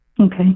Okay